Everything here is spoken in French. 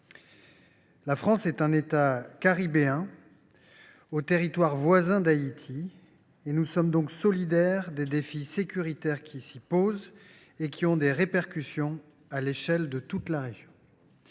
La France est un État caribéen, comptant des territoires voisins d’Haïti. Nous sommes donc solidaires des défis sécuritaires que ce pays affronte et qui ont des répercussions à l’échelle de toute la région.